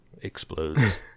explodes